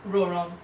roll around